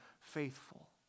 faithful